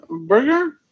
burger